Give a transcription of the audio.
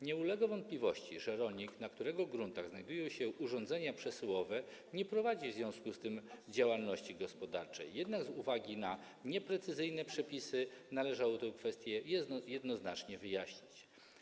Nie ulega wątpliwości, że rolnik, na którego gruntach znajdują się urządzenia przesyłowe, nie prowadzi w związku z tym działalności gospodarczej, jednak z uwagi na nieprecyzyjne przepisy należało tę kwestię jednoznacznie wyjaśnić.